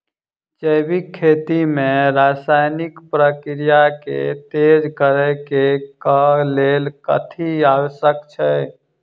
जैविक खेती मे रासायनिक प्रक्रिया केँ तेज करै केँ कऽ लेल कथी आवश्यक छै?